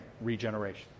regeneration